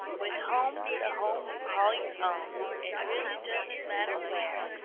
with home, the home you call your own, it really doesn't matter where,